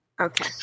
Okay